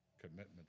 commitments